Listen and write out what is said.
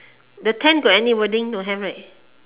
the tent got any wording don't have right